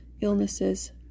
illnesses